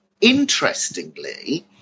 interestingly